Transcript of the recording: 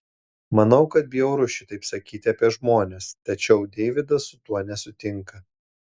manau kad bjauru šitaip sakyti apie žmones tačiau deividas su tuo nesutinka